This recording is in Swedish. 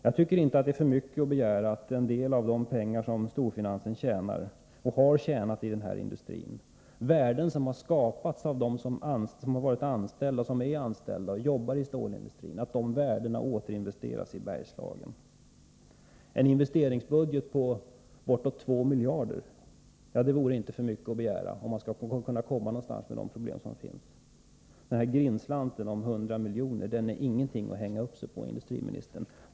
Det är inte för mycket begärt att en del av de pengar som storfinansen tjänar och har tjänat i stålindustrin — värden som har skapats av dem som är och har varit anställda i denna industri — återinvesteras i Bergslagen. En investeringsbudget på bortåt 2 miljarder vore rimlig, om man skall kunna komma någonstans med de problem som finns. Grindslanten om 100 miljoner är ingenting att hänga upp sig på, industriministern.